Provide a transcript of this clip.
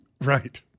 Right